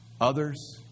others